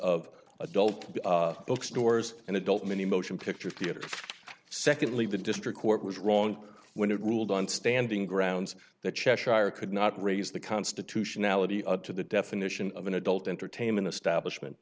of adult stores and adult many motion picture theater secondly the district court was wrong when it ruled on standing grounds that cheshire could not raise the constitutionality of to the definition of an adult entertainment establishment